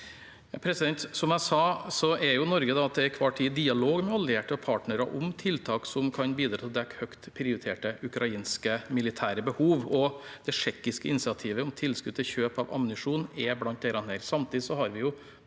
Som jeg sa, er Norge til enhver tid i dialog med allierte og partnere om tiltak som kan bidra til å dekke høyt prioriterte ukrainske militære behov. Det tsjekkiske initiativet om tilskudd til kjøp av ammunisjon er blant disse.